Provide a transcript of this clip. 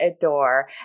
adore